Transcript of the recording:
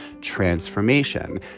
transformation